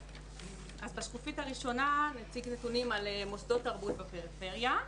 בשקופית הראשונה נציג נתונים על מוסדות תרבות בפריפריה.